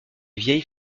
vieille